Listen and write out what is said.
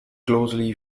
closely